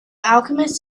alchemist